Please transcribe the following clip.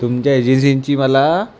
तुमच्या एजन्सींची मला